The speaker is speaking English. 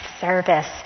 service